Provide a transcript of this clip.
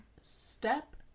step